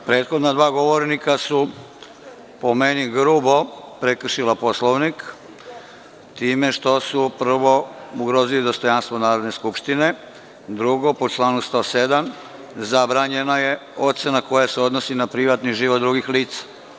Prethodna dva govornika su, po meni, grubo prekršila Poslovnik time što su prvo ugrozili dostojanstvo Narodne skupštine, drugo, po članu 107. zabranjena je ocena koja se odnosi na privatni život drugih lica.